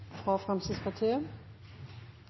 fra Fremskrittspartiet